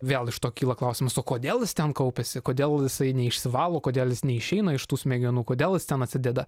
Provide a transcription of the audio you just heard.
vėl iš to kyla klausimas o kodėl jis ten kaupiasi kodėl jisai neišsivalo kodėl jis neišeina iš tų smegenų kodėl jis ten atsideda